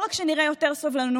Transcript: לא רק שנראה יותר סובלנות,